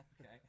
Okay